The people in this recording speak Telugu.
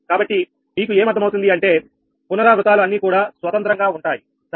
కాబట్టి మీకు ఏం అర్థం అవుతుంది అంటే పునరావృతాలు అన్నీ కూడా స్వతంత్రంగా ఉంటాయి సరేనా